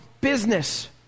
business